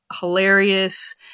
hilarious